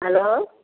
hello